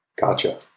gotcha